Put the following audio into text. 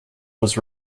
was